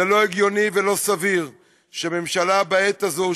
זה לא הגיוני ולא סביר שממשלה בעת הזאת,